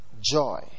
joy